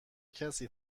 کسی